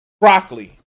Broccoli